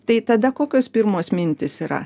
tai tada kokios pirmos mintys yra